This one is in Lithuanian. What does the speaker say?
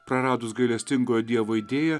praradus gailestingojo dievo idėją